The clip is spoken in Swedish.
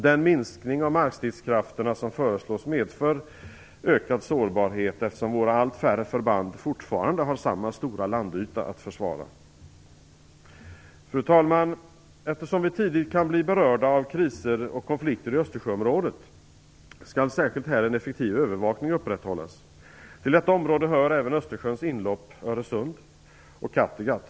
Den minskning av markstridskrafterna som föreslås medför ökad sårbarhet eftersom våra allt färre förband fortfarande har samma stora landyta att försvara. Fru talman! Eftersom vi tidigt kan bli berörda av kriser och konflikter i Österjöområdet skall särskilt här en effektiv övervakning upprätthållas. Till detta område hör även Östersjöns inlopp Öresund och Kattegatt.